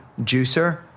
juicer